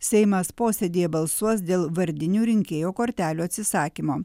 seimas posėdyje balsuos dėl vardinių rinkėjo kortelių atsisakymo